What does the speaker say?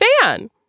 fan